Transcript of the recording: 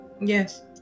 Yes